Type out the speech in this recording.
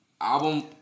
album